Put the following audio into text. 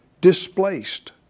displaced